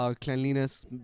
Cleanliness